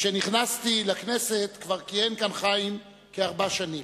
כשנכנסתי לכנסת חיים כבר כיהן כאן כארבע שנים,